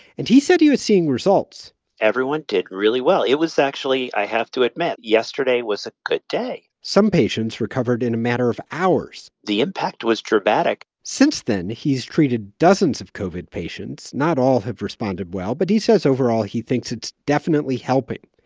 and he said he was seeing results everyone did really well. it was actually i have to admit yesterday was a good day some patients recovered in a matter of hours the impact was dramatic since then, he's treated dozens of covid patients. not all have responded well, but he says, overall, he thinks it's definitely helping.